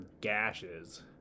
gashes